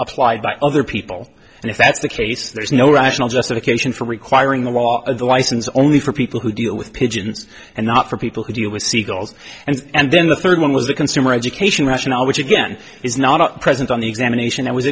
applied by other people and if that's the case there's no rational justification for requiring the law of the license only for people who deal with pigeons and not for people who deal with siegel's and and then the third one was the consumer education rationale which again is not present on th